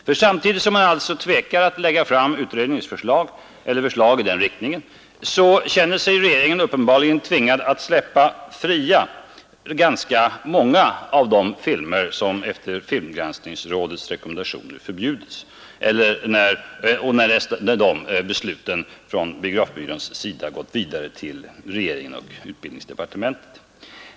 För samtidigt som regeringen tvekar att lägga fram utredningens förslag känner den sig uppenbarligen tvingad att frisläppa ganska många av de filmer som efter filmgranskningsrådets rekommendationer förbjudits men sedan förts vidare till regeringen och utbildningsdepartementet.